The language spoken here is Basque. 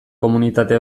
komunitate